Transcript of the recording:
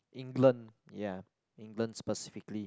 England ya England specifically